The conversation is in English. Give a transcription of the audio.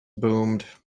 boomed